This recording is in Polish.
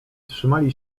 trzymali